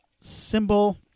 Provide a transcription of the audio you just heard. symbol